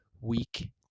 week